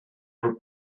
our